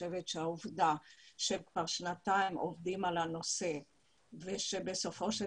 חושבת שהעובדה שכבר שנתיים עובדים על הנושא ושבסופו של